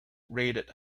rated